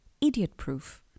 idiot-proof